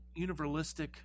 universalistic